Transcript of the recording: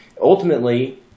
Ultimately